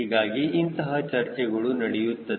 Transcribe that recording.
ಹೀಗಾಗಿ ಇಂತಹ ಚರ್ಚೆಗಳು ನಡೆಯುತ್ತದೆ